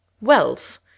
wealth